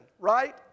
right